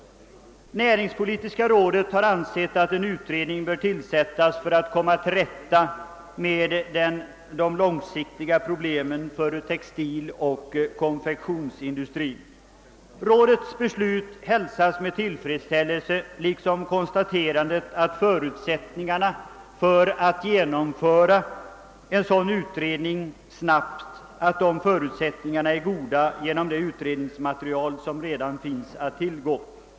Näringspolitiska rådet har ansett att en utredning bör tillsättas för att lösa de långsiktiga problemen för textiloch konfektionsindustrin. Detta hälsar vi med tillfredsställelse liksom konstaterandet att förutsättningarna att genomföra en sådan utredning snabbt är goda tack vare det utredningsmaterial som redan nu finns att tillgå.